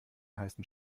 heißen